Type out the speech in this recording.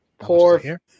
Poor